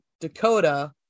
Dakota